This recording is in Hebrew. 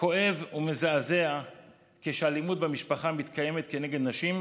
כואב ומזעזע כשאלימות במשפחה מתקיימת כנגד נשים,